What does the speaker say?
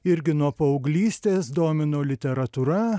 irgi nuo paauglystės domino literatūra